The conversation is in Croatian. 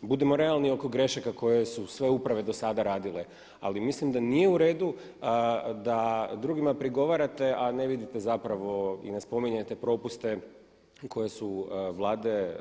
budemo realni oko grešaka koje su sve uprave do sada radile, ali mislim da nije u redu da drugima prigovarate, a ne vidite zapravo i ne spominjete propuste koje su Vlade